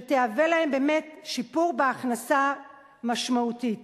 שיהיה להם באמת שיפור משמעותי בהכנסה.